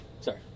Sorry